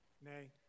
Nay